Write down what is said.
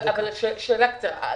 שאלה קצרה.